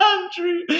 Andrew